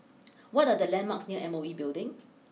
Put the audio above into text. what are the landmarks near M O E Building